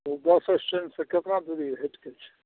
ओ बसस्टैण्डसँ केतना दूरी हटि कऽ छै